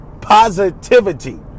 positivity